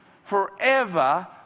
forever